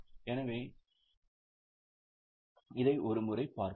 எனவே இதை ஒருமுறை பார்ப்போம்